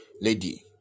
lady